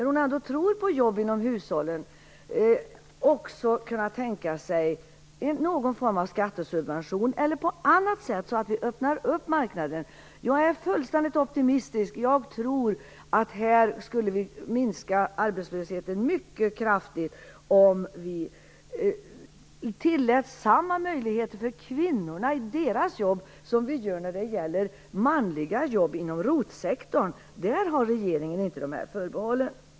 Om hon nu ändå tror på jobb inom hushållen, varför inte tänka sig någon form av skattesubvention eller något annat som öppnar marknaden? Jag är fullständigt optimistisk och tror att vi skulle kunna minska arbetslösheten mycket kraftigt om vi gav kvinnornas jobb samma möjligheter som vi ger manliga jobb inom ROT-sektorn. För de manliga jobben har inte regeringen sådana förbehåll.